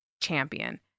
Champion